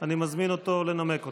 אני מזמין אותו לנמק אותה.